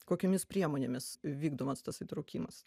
kokiomis priemonėmis vykdomas tas įtraukimas